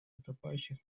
утопающих